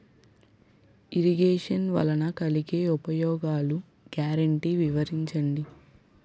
Irrigation వలన కలిగే ఉపయోగాలు గ్యారంటీ వివరించండి?